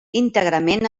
íntegrament